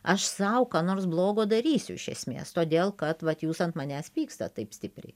aš sau ką nors blogo darysiu iš esmės todėl kad vat jūs ant manęs pykstat taip stipriai